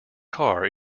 car